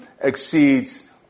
exceeds